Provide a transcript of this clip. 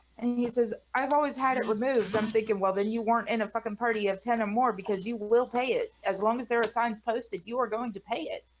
and he says i've always had it removed i'm thinking well then you weren't in a fuckin party of ten or more because you will pay it as long as there are signs posted you are going to pay it.